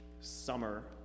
summer